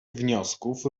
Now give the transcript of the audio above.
wniosków